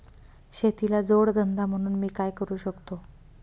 शेतीला जोड धंदा म्हणून मी काय करु शकतो?